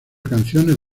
canciones